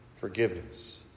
Forgiveness